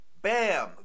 Bam